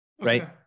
right